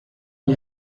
gli